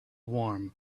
warm